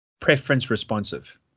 Preference-responsive